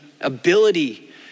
ability